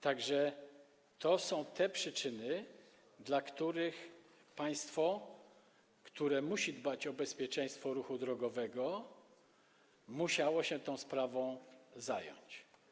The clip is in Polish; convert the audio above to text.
Tak że to są te przyczyny, dla których państwo, które musi dbać o bezpieczeństwo ruchu drogowego, musiało się tą sprawą zająć.